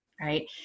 Right